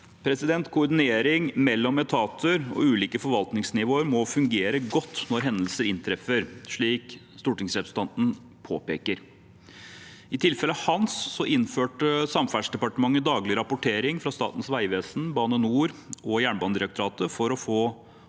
luftfarten. Koordinering mellom etater og ulike forvaltningsnivåer må fungere godt når hendelser inntreffer, slik stortingsrepresentanten påpeker. I tilfellet «Hans» innførte Samferdselsdepartementet daglig rapportering fra Statens vegvesen, Bane NOR og Jernbanedirektoratet for å få